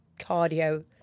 cardio